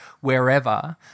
wherever